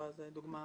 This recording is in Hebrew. זו הדוגמה